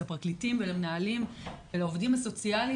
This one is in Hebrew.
לפרקליטים ולמנהלים ולעובדים הסוציאליים